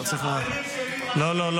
מה לעשות.